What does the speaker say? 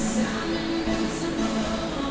একসিডেন্টের লিগে, বাড়ির লিগে, জীবন বীমা সব গুলা হয়